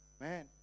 Man